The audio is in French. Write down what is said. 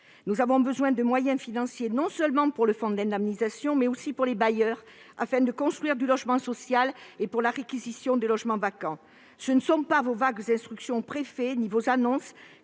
Nous avons besoin de moyens financiers non seulement pour le fonds d'indemnisation, mais aussi pour les bailleurs, afin de construire du logement social et pour la réquisition des logements vacants. Ce ne sont pas vos vagues instructions aux préfets ni vos annonces